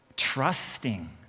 trusting